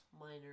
minor